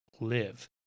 live